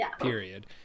period